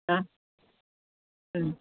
ആ